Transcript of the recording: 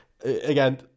Again